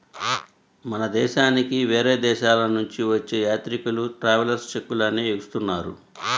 మన దేశానికి వేరే దేశాలనుంచి వచ్చే యాత్రికులు ట్రావెలర్స్ చెక్కులనే ఇస్తున్నారు